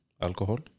alcohol